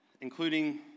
including